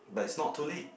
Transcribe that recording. but it's not too late